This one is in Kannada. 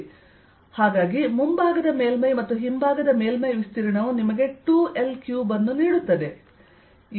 ಆದ್ದರಿಂದ ಮುಂಭಾಗದ ಮೇಲ್ಮೈ ಮತ್ತು ಹಿಂಭಾಗದ ಮೇಲ್ಮೈ ವಿಸ್ತೀರ್ಣವು ನಿಮಗೆ 2 L ಕ್ಯೂಬ್ ಅನ್ನು ನೀಡುತ್ತದೆ